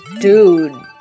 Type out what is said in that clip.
Dude